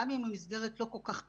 גם אם היא מסגרת לא כל כך טובה,